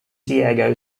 diego